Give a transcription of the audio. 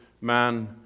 man